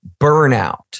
Burnout